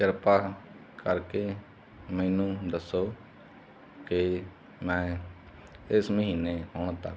ਕਿਰਪਾ ਕਰਕੇ ਮੈਨੂੰ ਦੱਸੋ ਕਿ ਮੈਂ ਇਸ ਮਹੀਨੇ ਹੁਣ ਤੱਕ